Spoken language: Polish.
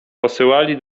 posyłali